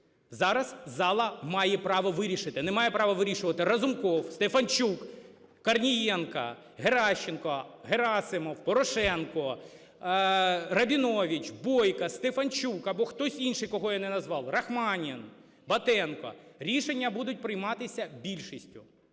зараз зала має право вирішити. Не має право вирішувати Разумков, Стефанчук, Корнієнко, Геращенко, Герасимов, Порошенко, Рабінович, Бойко, Стефанчук або хтось інший кого я не назвав, Рахманін, Батенко. Рішення будуть прийматися більшістю.